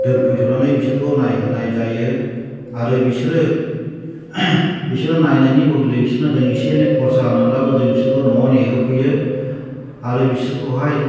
दोनफैथ'नानै बिसोरखौ नायहोनाय जायो आरो बिसोरो बिसोरो नायनायनि बदले बिसोरनो जों इसे एनै खरसा होनानैब्लाबो जों बिसोरखौ न'आव नेहोफैयो आरो बिसोरखौहाय